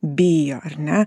bio ar ne